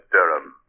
Durham